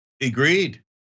Agreed